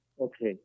Okay